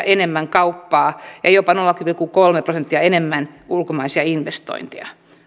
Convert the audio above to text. enemmän kauppaa ja jopa nolla pilkku kolme prosenttia enemmän ulkomaisia investointeja